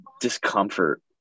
discomfort